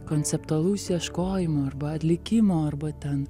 konceptualus ieškojimo arba atlikimo arba ten